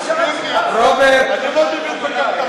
רוברט,